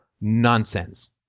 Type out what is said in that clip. nonsense